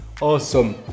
Awesome